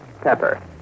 pepper